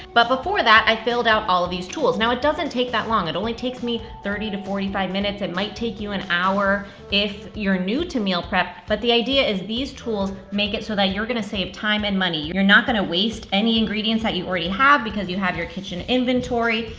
but before that, i filled out all of these tools. now doesn't take that long. it only takes me thirty to forty five minutes. it might take you an hour if you're new to meal prep. but the idea is these tools make it so that you're gonna save time and money. you're not gonna waste any ingredients that you already have because you have your kitchen inventory.